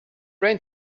rain